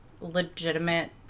legitimate